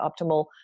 optimal